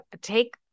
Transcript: take